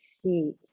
seat